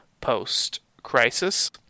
post-crisis